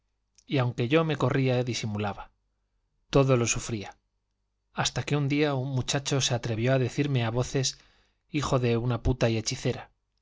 y aunque yo me corría disimulaba todo lo sufría hasta que un día un muchacho se atrevió a decirme a voces hijo de una puta y hechicera